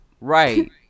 right